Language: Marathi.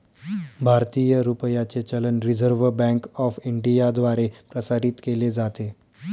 भारतीय रुपयाचे चलन रिझर्व्ह बँक ऑफ इंडियाद्वारे प्रसारित केले जाते